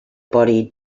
body